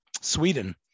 sweden